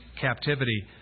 captivity